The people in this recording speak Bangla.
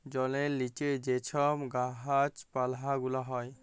জলের লিচে যে ছব গাহাচ পালা গুলা হ্যয়